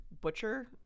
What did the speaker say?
butcher